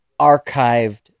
archived